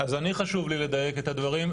אני, חשוב לי לדייק את הדברים.